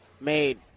made